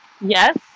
yes